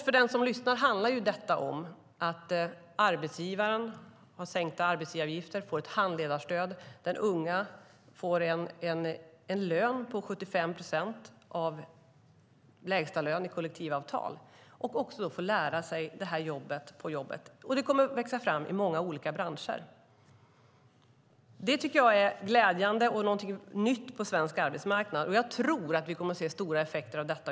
För den som lyssnar: Kort handlar detta om att arbetsgivaren har sänkta arbetsgivaravgifter och får ett handledarstöd, och den unga får en lön på 75 procent av lägsta lön enligt kollektivavtal samt får lära sig jobbet på jobbet. Det kommer att växa fram i många olika branscher. Det är glädjande och någonting nytt på svensk arbetsmarknad, och jag tror att vi kommer att se stora effekter av detta.